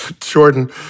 Jordan